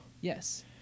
Yes